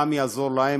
גם יעזור להן,